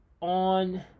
on